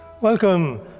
Welcome